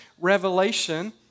revelation